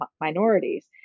minorities